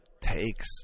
takes